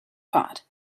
pot